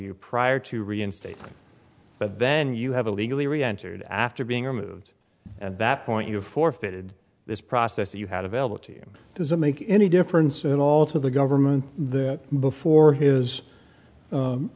you prior to reinstate but then you have a legally re entered after being removed at that point you forfeited this process that you had available to you does it make any difference at all to the government that before his